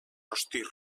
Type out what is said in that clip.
rostir